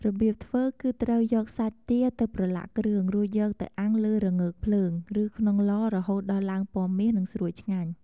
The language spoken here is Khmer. របៀបធ្វើគឺត្រូវយកសាច់ទាទៅប្រឡាក់គ្រឿង រួចយកទៅអាំងលើរងើកភ្លើង ឬក្នុងឡរហូតដល់ឡើងពណ៌មាស និងស្រួយឆ្ងាញ់។